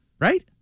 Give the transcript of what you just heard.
Right